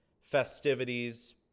festivities